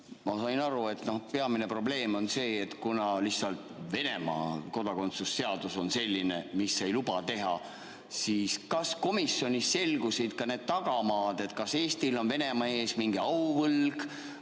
ma sain aru, et peamine probleem on see, et lihtsalt Venemaa kodakondsuse seadus on selline, mis ei luba seda teha. Kas komisjonis selgusid ka tagamaad, kas Eestil on Venemaa ees mingi auvõlg